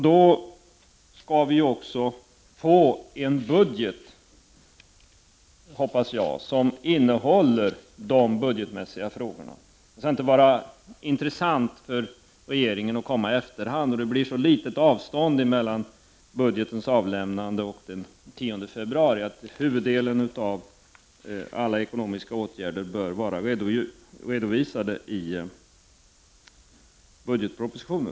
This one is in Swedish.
Då skall vi också få en budget, hoppas jag, som innehåller budgetfrågorna. Det skall inte vara intressant för regeringen att komma i efterhand. Det blir så kort tidsavstånd mellan budgetens avlämnande och den 10 februari att huvuddelen av alla ekonomiska åtgärder bör vara redovisade i budgetpropositionen.